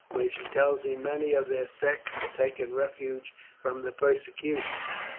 where she tells me many of their sect have taken refuge from the persecutions.